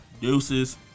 Deuces